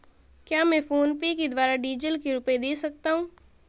क्या मैं फोनपे के द्वारा डीज़ल के रुपए दे सकता हूं?